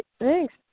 Thanks